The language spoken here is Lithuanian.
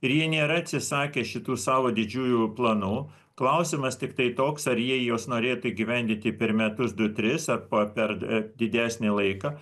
ir jie nėra atsisakę šitų savo didžiųjų planų klausimas tiktai toks ar jie juos norėtų įgyvendinti per metus du tris ar per didesnį laiką